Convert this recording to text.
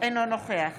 אינו נוכח